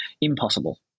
impossible